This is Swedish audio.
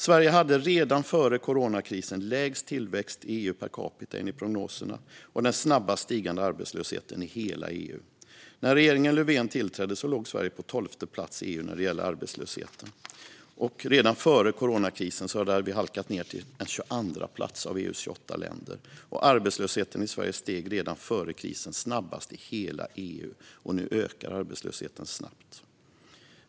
Sverige hade redan före coronakrisen EU:s lägsta tillväxt per capita, enligt prognoserna, och vi hade den snabbast stigande arbetslösheten i hela EU. När regeringen Löfven tillträdde låg Sverige på plats 12 i EU när det gällde arbetslösheten, och redan före coronakrisen hade vi halkat ned till plats 22 av EU:s 28 länder. Arbetslösheten i Sverige steg redan före krisen snabbast i hela EU, och nu ökar arbetslösheten snabbt.